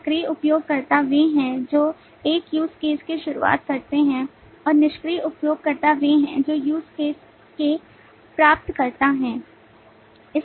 सक्रिय उपयोगकर्ता वे हैं जो एक use case की शुरुआत करते हैं और निष्क्रिय उपयोगकर्ता वे हैं जो use cases के प्राप्तकर्ता हैं